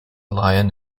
lion